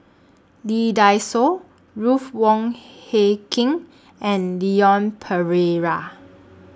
Lee Dai Soh Ruth Wong Hie King and Leon Perera